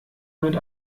mit